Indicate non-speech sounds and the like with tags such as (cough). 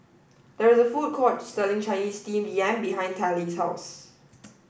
there is a food court selling Chinese Steamed Yam behind Tallie's house (noise)